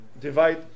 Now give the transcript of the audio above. divide